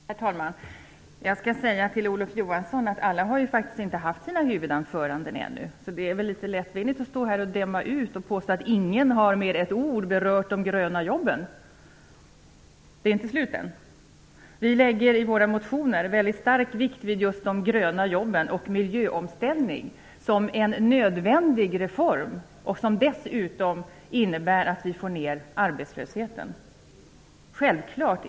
Herr talman! Jag skall säga till Olof Johansson att alla faktiskt inte haft sina huvudanföranden ännu. Det är väl lättvindigt att här i talarstolen stå och döma ut vad som sagts med påståendet att ingen med ett ord berört de ''gröna'' jobben. Debatten är inte slut än. Vi i Vänsterpartiet lägger i våra motioner mycket starkt vikt vid just de ''gröna'' jobben. Vi anser också att en miljöomställning är en nödvändig reform som dessutom innebär att arbetslösheten sjunker.